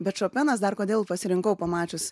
bet šopenas dar kodėl pasirinkau pamačius